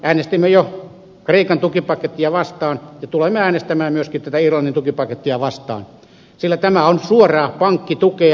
äänestimme jo kreikan tukipakettia vastaan ja tulemme äänestämään myöskin tätä irlannin tukipakettia vastaan sillä tämä on suoraa pankkitukea